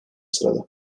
sırada